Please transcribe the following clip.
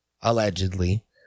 allegedly